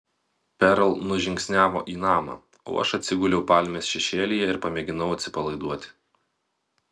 perl nužingsniavo į namą o aš atsiguliau palmės šešėlyje ir pamėginau atsipalaiduoti